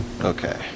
okay